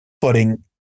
footing